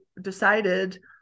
decided